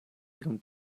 ihrem